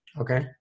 Okay